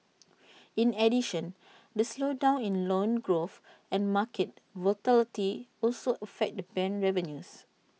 in addition the slowdown in loan growth and market volatility also affect the bank revenues